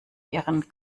ihren